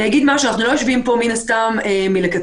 אנחנו לא יושבים פה מן הסתם מלכתחילה,